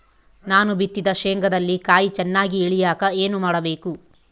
ನಾನು ಬಿತ್ತಿದ ಶೇಂಗಾದಲ್ಲಿ ಕಾಯಿ ಚನ್ನಾಗಿ ಇಳಿಯಕ ಏನು ಮಾಡಬೇಕು?